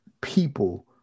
people